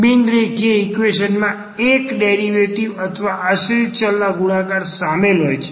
બિનરેખીય equation માં એક derivative ના અથવા આશ્રિત ચલના ગુણાકાર સામેલ હોય છે